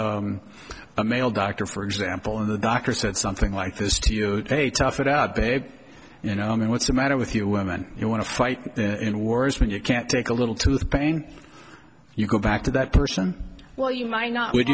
male doctor for example and the doctor said something like this to you hey tough it out big you know i mean what's the matter with you women you want to fight in wars when you can't take a little tooth pain you go back to that person well you might not w